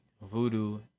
voodoo